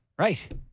Right